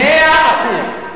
מאה אחוז.